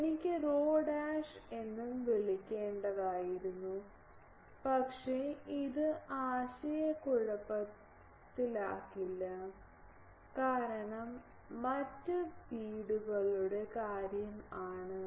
എനിക്ക് ρ എന്നും വിളിക്കേണ്ടതായിരുന്നു പക്ഷേ ഇത് ആശയക്കുഴപ്പത്തിലാകില്ല കാരണം മറ്റ് ഫീഡുകളുടെ കാര്യം ആണ്